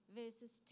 verses